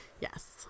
Yes